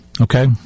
okay